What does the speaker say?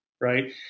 right